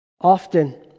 often